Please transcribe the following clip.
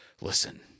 listen